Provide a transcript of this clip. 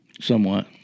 Somewhat